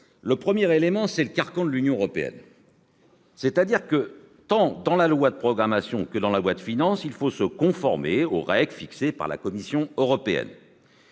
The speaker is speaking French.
Le premier élément, c'est le carcan de l'Union européenne : tant dans la loi de programmation que dans la loi de finances, il faut se conformer aux règles fixées par la Commission européenne.